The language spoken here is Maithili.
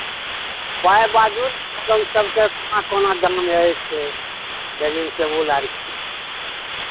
पाइ बाजू सामान सभके कोना कोना दाम अछि डाइनिंग टेबुल आरके